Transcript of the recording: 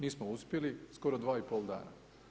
Nismo uspjeli, skoro dva i pol dana.